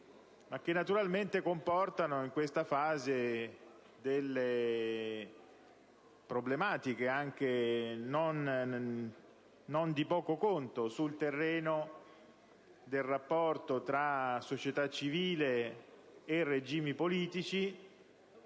ma che naturalmente comportano in questa fase delle problematiche non di poco conto sul terreno del rapporto tra società civile e regimi politici